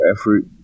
effort